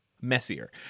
messier